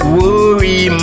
worry